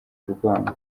urwango